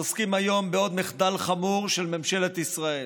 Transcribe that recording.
אנחנו עוסקים היום בעוד מחדל חמור של ממשלת ישראל.